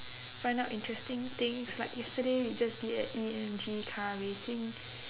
find out interesting things like yesterday we just did a E_M_G car racing